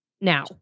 now